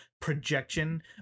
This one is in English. projection